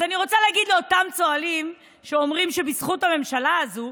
אז אני רוצה להגיד לאותם צוהלים שאומרים שזה בזכות הממשלה הזאת.